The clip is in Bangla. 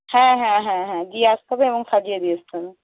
হ্যাঁ হ্যাঁ হ্যাঁ হ্যাঁ দিয়ে আসতে হবে এবং সাজিয়ে দিয়ে আসতে হবে